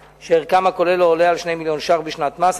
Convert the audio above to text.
שערכם הכולל לא עולה על 2 מיליוני שקלים בשנת המס,